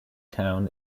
town